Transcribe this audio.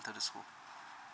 the school